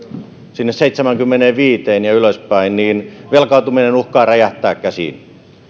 sinne seitsemäänkymmeneenviiteen ja ylöspäin velkaantuminen uhkaa räjähtää käsiin